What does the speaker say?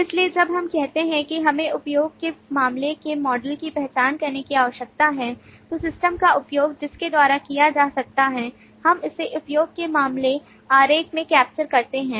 इसलिए जब हम कहते हैं कि हमें उपयोग के मामले के मॉडल की पहचान करने की आवश्यकता है तो सिस्टम का उपयोग किसके द्वारा किया जा सकता है हम इसे उपयोग के मामले आरेख में कैप्चर करते हैं